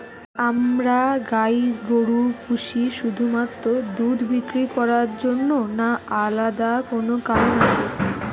আমরা গাই গরু পুষি শুধুমাত্র দুধ বিক্রি করার জন্য না আলাদা কোনো কারণ আছে?